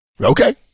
Okay